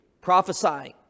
prophesying